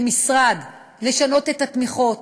כמשרד לשנות את התמיכות,